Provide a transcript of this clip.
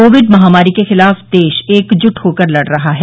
Covid महामारी के खिलाफ देश एकजुट होकर लड़ रहा है